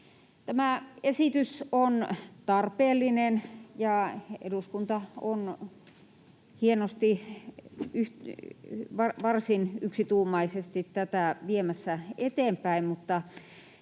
Tämä esitys on tarpeellinen, ja eduskunta on hienosti varsin yksituumaisesti tätä viemässä eteenpäin,